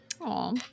Aw